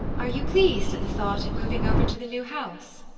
are you pleased at the thought of moving over to the new house?